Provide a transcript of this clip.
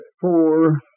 four